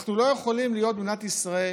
אנחנו במדינת ישראל